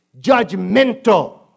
judgmental